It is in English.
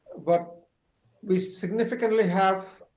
but we significantly have